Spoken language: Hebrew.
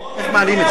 הוא עוגן מנייר.